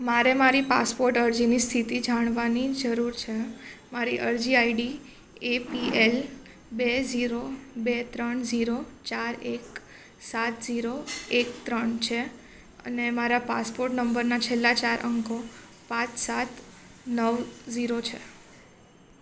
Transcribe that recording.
મારે મારી પાસપોટ અરજીની સ્થિતિ જાણવાની જરૂર છે મારી અરજી આઈડી એપીએલ બે ઝીરો બે ત્રણ ઝીરો ચાર એક સાત ઝીરો એક ત્રણ છે અને મારા પાસપોટ નંબરના છેલ્લા ચાર અંકો પાંચ સાત નવ ઝીરો છે